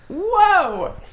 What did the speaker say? whoa